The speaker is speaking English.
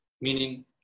meaning